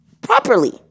properly